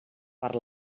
per